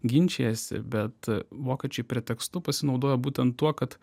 ginčijasi bet vokiečiai pretekstu pasinaudojo būten tuo kad